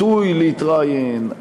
הפיתוי להתראיין,